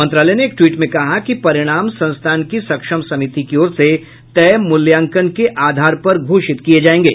मंत्रालय ने एक टवीट में कहा कि परिणाम संस्थान की सक्षम समिति की ओर से तय मूल्यांकन के आधार पर घोषित किये जायेंगे